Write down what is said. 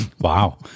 Wow